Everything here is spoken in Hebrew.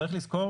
צריך לזכור